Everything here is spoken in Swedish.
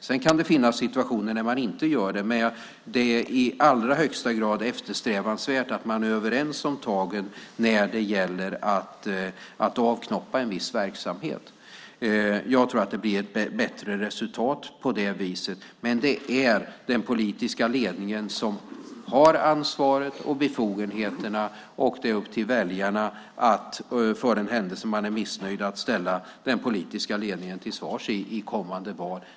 Sedan kan det finnas situationer när man inte gör det, men det är i allra högsta grad eftersträvansvärt att man är överens om tagen när en viss verksamhet avknoppas. Det blir ett bättre resultat så. Det är den politiska ledningen som har ansvaret och befogenheterna, och det är upp till väljarna att i den händelse de är missnöjda ställa den politiska ledningen till svars i kommande val.